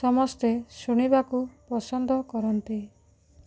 ସମସ୍ତେ ଶୁଣିବାକୁ ପସନ୍ଦ କରନ୍ତି